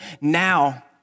now